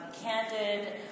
candid